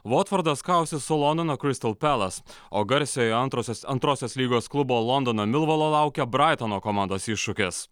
votfordas kausis su londono kristal pelas o garsiojo antrosios antrosios lygos klubo londono milvolo laukia braitono komandos iššūkis